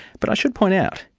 but i should point out,